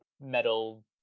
metal